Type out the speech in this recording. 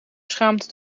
schaamte